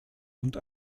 und